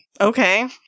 Okay